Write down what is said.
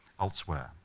elsewhere